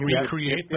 recreate